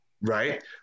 right